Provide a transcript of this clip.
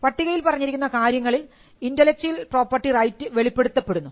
പട്ടികയിൽ പറഞ്ഞിരിക്കുന്ന കാര്യങ്ങളിൽ ഇന്റെലക്ച്വൽ പ്രോപ്പർട്ടി റൈറ്റ് വെളിപ്പെടുത്തപ്പെടുന്നു